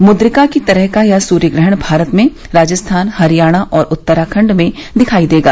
मुद्रिका की तरह का यह स्र्यग्रहण भारत में राजस्थान हरियाणा और उत्तराखंड में दिखाई देगा